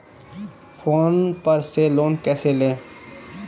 Phone पर से loan कैसे लें?